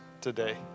today